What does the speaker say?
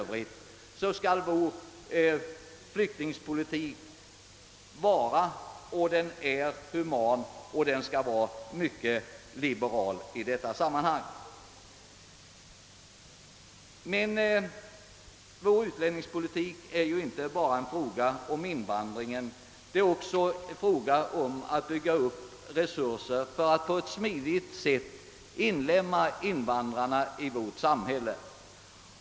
skall vår flyktingpolitik vara human och liberal. Men vår utlänningspolitik är inte bara en fråga om invandring; den är också en fråga om att bygga upp resurser för att smidigt inlemma invandrarna i vårt samhälle.